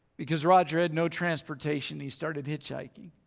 because roger had no transportation. he started hitchhiking.